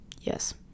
yes